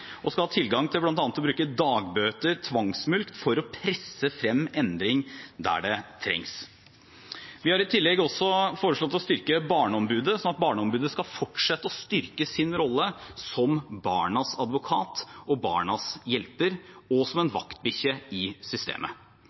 og skal ha tilgang til bl.a. å bruke dagbøter og tvangsmulkt for å presse frem endring der det trengs. Vi har i tillegg også foreslått å styrke Barneombudet, slik at Barneombudet skal fortsette å styrke sin rolle som barnas advokat og hjelper, og som en vaktbikkje i systemet.